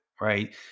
Right